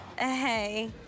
Hey